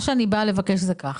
מה שאני באה לבקש זה כך.